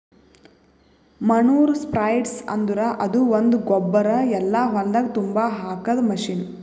manure spreader ಅಂದುರ್ ಅದು ಒಂದು ಗೊಬ್ಬರ ಎಲ್ಲಾ ಹೊಲ್ದಾಗ್ ತುಂಬಾ ಹಾಕದ್ ಮಷೀನ್